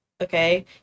okay